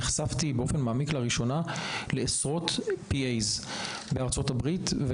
נחשפתי באופן מעמיק לעשרות PAs בארצות הברית.